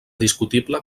discutible